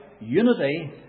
unity